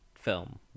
film